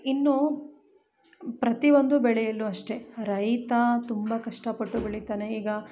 ಇನ್ನು ಪ್ರತಿಒಂದು ಬೆಳೆಯಲ್ಲು ಅಷ್ಟೇ ರೈತ ತುಂಬ ಕಷ್ಟಪಟ್ಟು ಬೆಳಿತಾನೆ ಈಗ